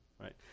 right